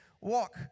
walk